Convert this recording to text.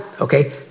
Okay